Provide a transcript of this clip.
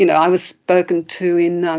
you know i was spoken to in um